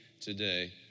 today